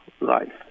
life